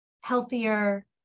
healthier